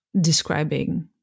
describing